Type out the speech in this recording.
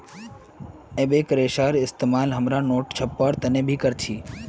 एबेक रेशार इस्तेमाल हमरा नोट छपवार तने भी कर छी